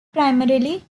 primarily